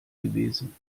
gewesen